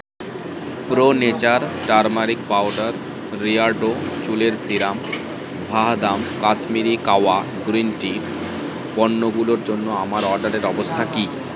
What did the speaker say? pro nature turmeric powder রিয়ার্ডো চুলের serum Vahdam Kashmiri kahwa green tea পণ্যগুলোর জন্য আমার অর্ডারের অবস্থা কী